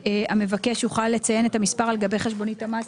שהמבקש יוכל לציין את המספר על גבי חשבונית המס,